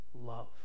love